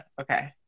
Okay